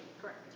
Correct